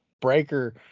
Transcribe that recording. Breaker